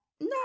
No